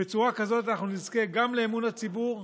בצורה כזאת אנחנו גם נזכה לאמון הציבור,